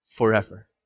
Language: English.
forever